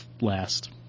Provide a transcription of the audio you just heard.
last